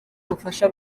ubufasha